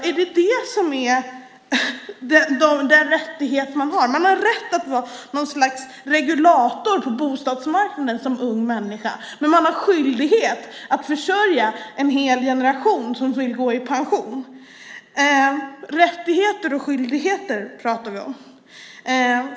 Är det den rättighet man har? Man har rätt att som ung människa vara något slags regulator på bostadsmarknaden, men man har skyldighet att försörja en hel generation som vill gå i pension. Rättigheter och skyldigheter pratar vi om.